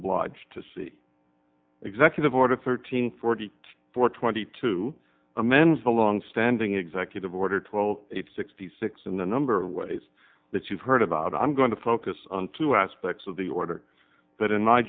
obliged to see executive order thirteen forty four twenty two amends the longstanding executive order twelve eight sixty six in the number of ways that you've heard about i'm going to focus on two aspects of the order that in my